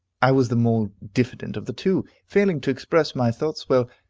i was the more diffident of the two, failing to express my thoughts well,